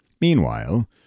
Meanwhile